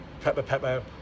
pepper-pepper